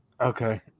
okay